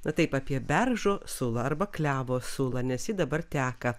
na taip apie beržo sulą arba klevo sulą nes ji dabar teka